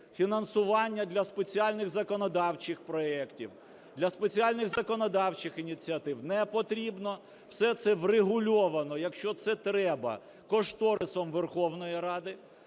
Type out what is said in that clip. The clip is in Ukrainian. фінансування для спеціальних законодавчих проектів, для спеціальних законодавчих ініціатив, не потрібно. Все це врегульовано. Якщо це треба кошторисом Верховної Ради,